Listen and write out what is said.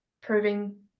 proving